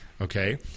Okay